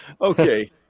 Okay